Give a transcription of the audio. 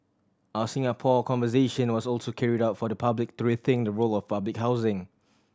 our Singapore Conversation was also carried out for the public to rethink the role of public housing